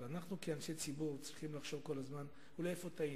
אבל אנחנו כאנשי ציבור צריכים לחשוב אולי איפה טעינו.